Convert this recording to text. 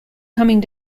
coming